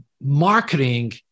marketing